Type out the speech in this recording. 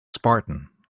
spartan